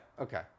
okay